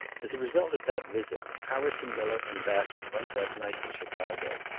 as a result of that visit harrison miller and bassett went that night to chicago.